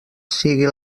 sigui